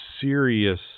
serious